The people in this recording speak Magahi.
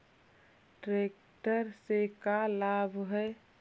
ट्रेक्टर से का लाभ है?